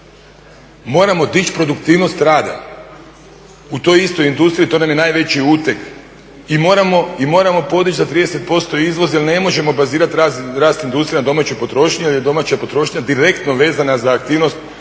Moramo dići produktivnost rada u toj istoj industriji to nam je najveći uteg i moramo podići za 30% izvoz jer ne možemo bazirati rast industrije na domaćoj potrošnji jer je domaća potrošnja direktno vezana za aktivnost